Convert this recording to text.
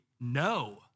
no